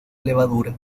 levadura